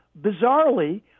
bizarrely